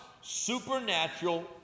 supernatural